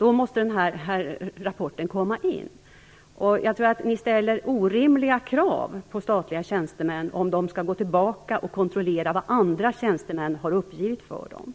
måste rapporten komma in. Jag tror att ni ställer orimliga krav på statliga tjänstemän om ni anser att de skall gå tillbaka och kontrollera vad andra tjänstemän har uppgivit för dem.